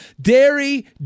dairy